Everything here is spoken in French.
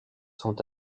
sont